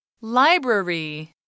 Library